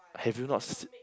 have you not s~